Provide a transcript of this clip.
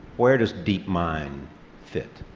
where does deep mind fit?